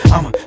I'ma